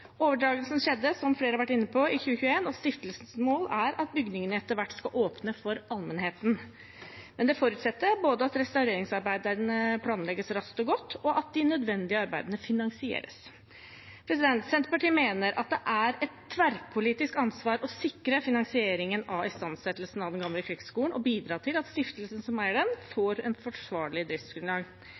Overdragelsen skjedde, som flere har vært inne på, i 2021. Stiftelsens mål er at bygningen etter hvert skal åpnes for allmennheten, men det forutsetter både at restaureringsarbeidene planlegges raskt og godt, og at de nødvendige arbeidene finansieres. Senterpartiet mener at det er et tverrpolitisk ansvar å sikre finansieringen av istandsettelsen av Den Gamle Krigsskole og bidra til at stiftelsen som eier den, får et forsvarlig driftsgrunnlag.